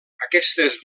aquestes